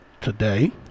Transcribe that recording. today